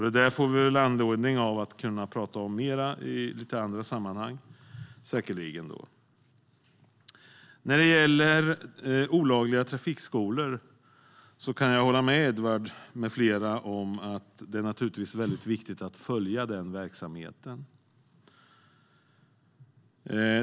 Det får vi säkerligen anledning att prata mer om i andra sammanhang. När det gäller olagliga trafikskolor kan jag hålla med Edward med flera om att det naturligtvis är väldigt viktigt att följa den verksamheten.